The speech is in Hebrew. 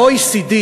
ה-OECD,